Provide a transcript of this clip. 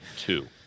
Two